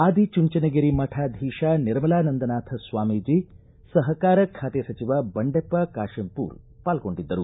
ಆದಿಚುಂಚನಗಿರಿ ಮಠಾಧೀತ ನಿರ್ಮಾಲನಂದನಾಥ ಸ್ವಾಮೀಜಿ ಸಹಕಾರ ಖಾತೆ ಸಚಿವ ಬಂಡೆಪ್ಪ ಕಾಶೆಂಪೂರ ಪಾಲ್ಗೊಂಡಿದ್ದರು